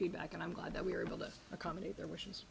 feedback and i'm glad that we are able to accommodate their mis